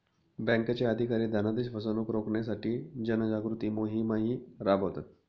बँकांचे अधिकारी धनादेश फसवणुक रोखण्यासाठी जनजागृती मोहिमाही राबवतात